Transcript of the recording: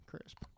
Crisp